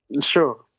sure